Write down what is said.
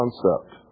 concept